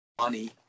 money